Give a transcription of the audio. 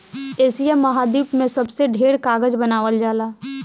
Asia महाद्वीप में सबसे ढेर कागज बनावल जाला